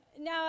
Now